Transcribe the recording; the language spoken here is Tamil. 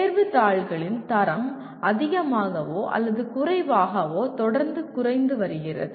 தேர்வுத் தாள்களின் தரம் அதிகமாகவோ அல்லது குறைவாகவோ தொடர்ந்து குறைந்து வருகிறது